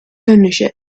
ownership